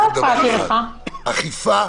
אכיפה